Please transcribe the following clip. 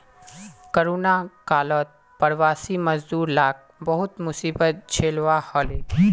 corona कालत प्रवासी मजदूर लाक बहुत मुसीबत झेलवा हले